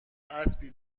اسبی